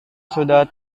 sudah